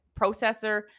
processor